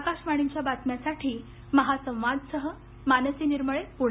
आकाशवाणीच्या बातम्यांसाठी महासंवादसह मानसी निर्मळे पुणे